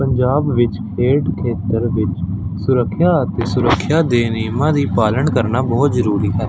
ਪੰਜਾਬ ਵਿੱਚ ਖੇਡ ਖੇਤਰ ਵਿੱਚ ਸੁਰੱਖਿਆ ਅਤੇ ਸੁਰੱਖਿਆ ਦੇ ਨਿਯਮਾਂ ਦੀ ਪਾਲਣ ਕਰਨਾ ਬਹੁਤ ਜ਼ਰੂਰੀ ਹੈ